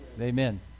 Amen